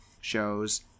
shows